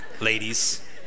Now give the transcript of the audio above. Ladies